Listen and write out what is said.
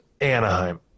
Anaheim